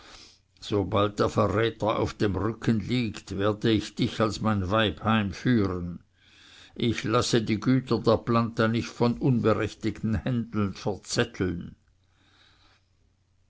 sobald der verräter auf dem rücken liegt werde ich dich als mein weib heimführen ich lasse die güter der planta nicht von unberechtigten händen verzetteln